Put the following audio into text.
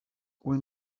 when